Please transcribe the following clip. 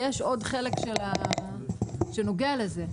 יש עוד חלק שנוגע לזה.